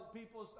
people